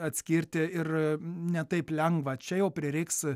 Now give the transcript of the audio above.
atskirti ir ne taip lengva čia jau prireiks